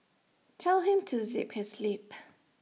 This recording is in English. tell him to zip his lip